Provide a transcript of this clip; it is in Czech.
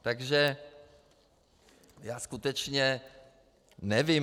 Takže já skutečně nevím.